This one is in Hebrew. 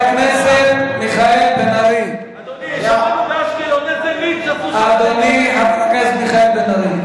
חבר הכנסת מיכאל בן-ארי, חבר הכנסת מיכאל בן-ארי.